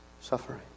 Suffering